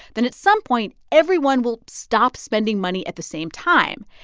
then, at some point, everyone will stop spending money at the same time.